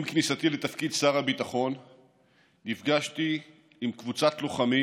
עם כניסתי לתפקיד שר הביטחון נפגשתי עם קבוצת לוחמים